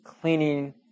cleaning